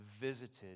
visited